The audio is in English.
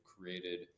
created